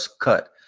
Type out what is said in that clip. cut